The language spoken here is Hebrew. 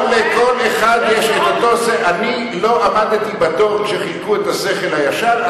אני לא עמדתי בתור כשחילקו את השכל הישר.